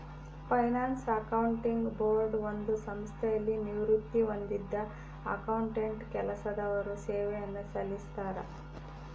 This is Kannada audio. ಫೈನಾನ್ಸ್ ಅಕೌಂಟಿಂಗ್ ಬೋರ್ಡ್ ಒಂದು ಸಂಸ್ಥೆಯಲ್ಲಿ ನಿವೃತ್ತಿ ಹೊಂದಿದ್ದ ಅಕೌಂಟೆಂಟ್ ಕೆಲಸದವರು ಸೇವೆಯನ್ನು ಸಲ್ಲಿಸ್ತರ